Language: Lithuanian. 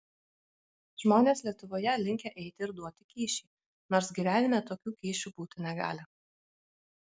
žmonės lietuvoje linkę eiti ir duoti kyšį nors gyvenime tokių kyšių būti negali